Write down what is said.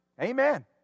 Amen